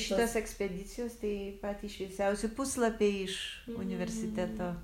šitos ekspedicijos tai patys šviesiausi puslapiai iš universiteto